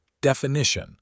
Definition